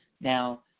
Now